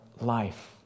life